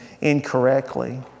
incorrectly